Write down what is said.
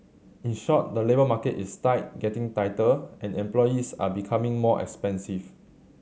in short the labour market is tight getting tighter and employees are becoming more expensive